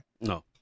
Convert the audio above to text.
No